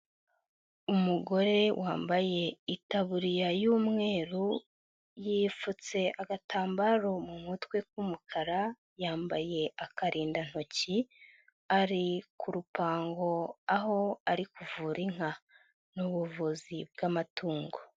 Umugore wambaye itaburiya y'umweru yipfutse agatambaro mu mutwe k'umukara, yambaye akarindantoki, ari ku rupango aho ari kuvura inka ni ubuvuzi bw'amatungo.